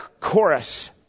chorus